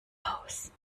aus